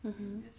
mmhmm